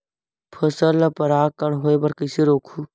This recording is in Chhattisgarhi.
फसल ल परागण होय बर कइसे रोकहु?